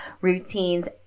routines